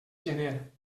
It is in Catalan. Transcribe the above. gener